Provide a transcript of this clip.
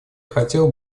хотел